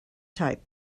type